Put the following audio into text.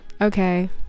okay